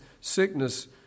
sickness